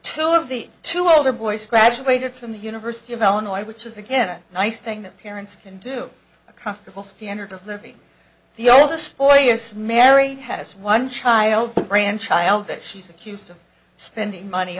two of the two older boys graduated from the university of illinois which is again a nice thing that parents can do a comfortable standard of living the oldest boy is married has one child grandchild that she's accused of spending money